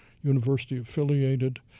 university-affiliated